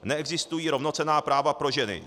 Neexistují rovnocenná práva pro ženy.